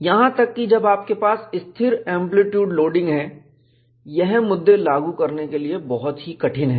यहां तक कि जब आपके पास स्थिर एंप्लीट्यूड लोडिंग है यह मुद्दे लागू करने के लिए बहुत ही कठिन है